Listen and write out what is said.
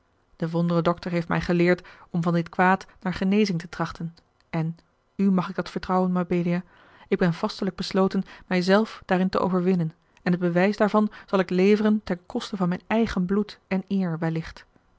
de wondre dokter heeft mij geleerd om van dit kwaad naar genezing te trachten en u mag ik dat vertrouwen mabelia ik ben vastelijk besloten mij zelf daarin te overwinnen en het bewijs daarvan zal ik leveren ten koste van mijn eigen bloed en eer